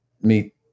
meet